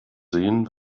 sehen